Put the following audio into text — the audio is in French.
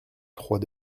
trois